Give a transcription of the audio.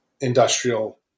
industrial